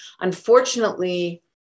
Unfortunately